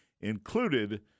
included